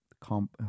comp